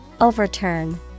Overturn